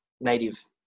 native